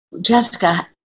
Jessica